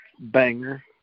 banger